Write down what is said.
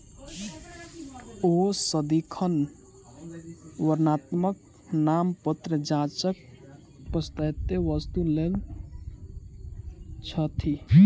ओ सदिखन वर्णात्मक नामपत्र जांचक पश्चातै वस्तु लैत छथि